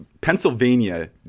Pennsylvania